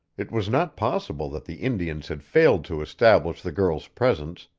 it was not possible that the indians had failed to establish the girl's presence,